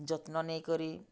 ଯତ୍ନ ନେଇ କରି